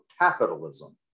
capitalism